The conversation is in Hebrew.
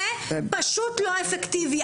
זה פשוט לא אפקטיבי.